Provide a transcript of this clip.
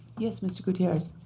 yes, mr. gutierrez.